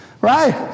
Right